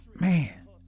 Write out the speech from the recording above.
man